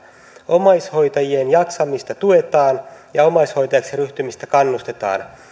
omaishoitajien jaksamista tuetaan ja omaishoitajaksi ryhtymiseen kannustetaan